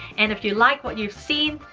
and if you like what you've seen,